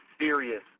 serious